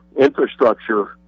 infrastructure